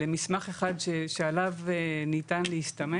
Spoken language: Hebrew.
בואו נכניס לראשון ונתחיל לנסוע.